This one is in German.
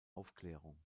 aufklärung